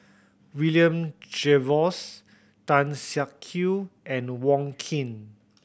William Jervois Tan Siak Kew and Wong Keen